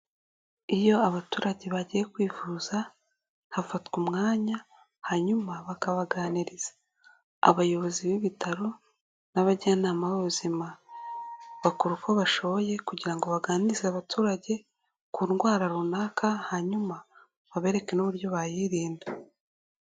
Iyo abaturage bagiye kwivuza hafatwa umwanya hanyuma bakabaganiriza, abayobozi b'ibitaro n'abajyanama b'ubuzima bakora uko bashoboye kugira ngo baganirize abaturage ku ndwara runaka hanyuma babereke n'uburyo bayirinda.